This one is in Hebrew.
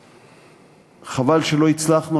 וחבל שלא הצלחנו,